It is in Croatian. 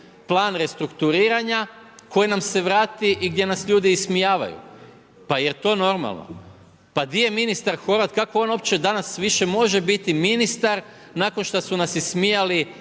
plan restrukturiranja, koji nam se vrati i gdje nas ljudi ismijavaju, pa jel to normalno? Pa di je ministar Horvat, kako on uopće danas više može biti ministar, nakon što su nas ismijali